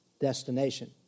destination